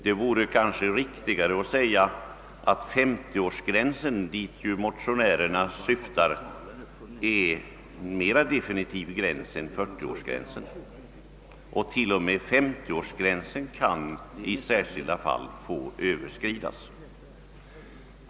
Det vore riktigare att säga att 50 årsgränsen, dit motionärerna siktar, är en mer definitiv gräns, men t.o.m. den åldersgränsen kan i särskilda fall få överskridas.